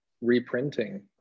reprinting